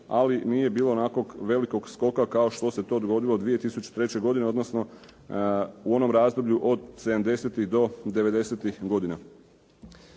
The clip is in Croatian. ali nije bilo onakvog velikog skoka kao što se to dogodilo 2003. godine odnosno u onom razdoblju od '70.-tih do '90.-tih godina.